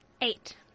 Eight